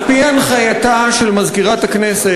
על-פי הנחייתה של מזכירת הכנסת,